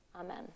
Amen